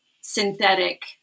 synthetic